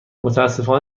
متاسفم